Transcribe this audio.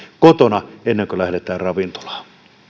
kotona ennen kuin lähdetään ravintolaan